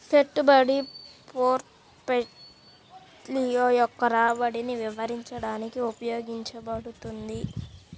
పెట్టుబడి పోర్ట్ఫోలియో యొక్క రాబడిని వివరించడానికి ఉపయోగించబడుతుంది